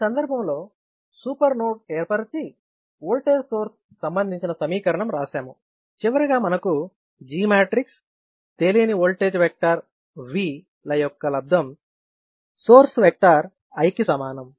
ఈ సందర్భంలో super node ఏర్పరిచి ఓల్టేజ్ సోర్సు సంబంధించిన సమీకరణం రాశాము చివరగా మనకు G మ్యాట్రిక్స్ తెలియని ఓల్టేజ్ వెక్టార్ V ల యొక్క లబ్దం సోర్స్ వెక్టార్ I కి సమానం